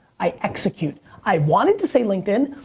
i execute. i wanted to say linkedin.